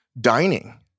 dining